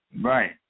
Right